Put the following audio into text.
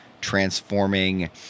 transforming